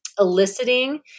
eliciting